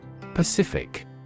Pacific